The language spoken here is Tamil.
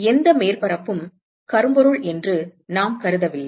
எந்த மேற்பரப்பும் கரும்பொருள் என்று நாம் கருதவில்லை